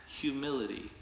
humility